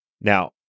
Now